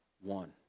one